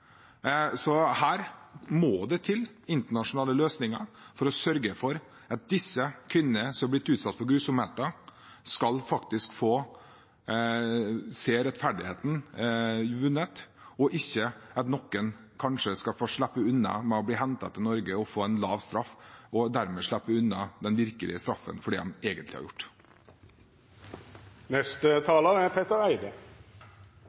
Så her må det internasjonale løsninger til for å sørge for at de kvinnene som har blitt usatt for grusomheter, får rettferdighet – og ikke at IS-krigere og IS-kvinner kanskje skal bli hentet til Norge og få en lav straff og dermed slippe unna straffen for de de egentlig har